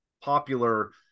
popular